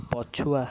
ପଛୁଆ